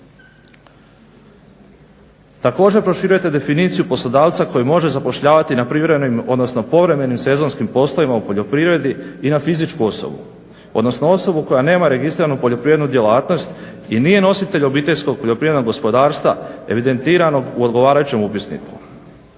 Također proširujete definiciju poslodavca koji može zapošljavati na privremenim odnosno povremenim sezonskim poslovima u poljoprivredi i na fizičku osobu, odnosno osobu koja nema registriranu poljoprivrednu djelatnost i nije nositelj OPG-a evidentiranog u odgovarajućem upisniku.